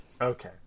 Okay